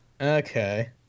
Okay